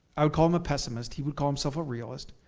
i would call him a pessimist, he would call himself a realist,